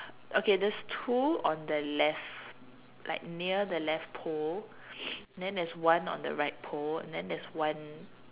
okay there's two on the left like near the left pole then there's one on the right pole and then there's one